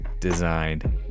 designed